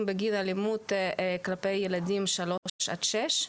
בגין אלימות כלפי ילדים בגיל שלוש עד שש.